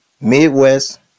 Midwest